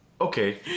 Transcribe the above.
Okay